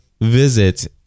visit